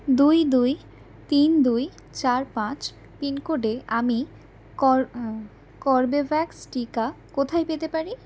দুই দুই তিন দুই চার পাঁচ পিনকোডে আমি কর কর্বেভ্যাক্স টিকা কোথায় পেতে পারি